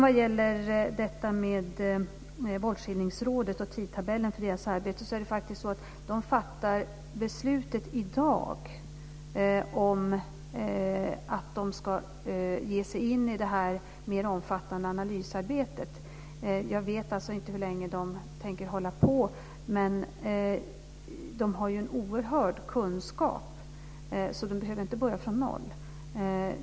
Vad gäller Våldsskildringsrådets tidtabell för sitt arbete fattar de beslutet i dag om att de ska ge sig in i det här mer omfattande analysarbetet. Jag vet alltså inte hur länge de tänker hålla på. Men de har ju en oerhörd kunskap, så de behöver inte börja från noll.